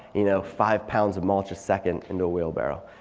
you know five pounds of mulch a second into a wheelbarrow.